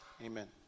Amen